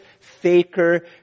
faker